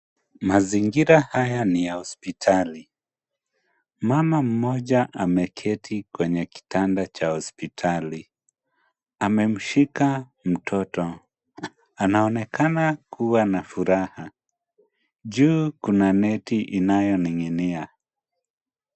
Mazingira haya ni ya hospitali. Mama mmoja ameketi kwenye kitanda cha hospitali, amemshika mtoto. Anaonekana kua na furaha. Juu kuna neti inayoning'inia.